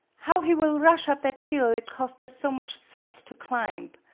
how he will rush up that hill it cost us so much sweat to climb!